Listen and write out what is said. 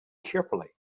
carefully